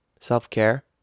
self-care